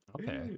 Okay